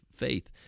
faith